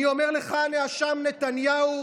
אני אומר לך, הנאשם נתניהו: